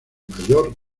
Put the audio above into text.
mayor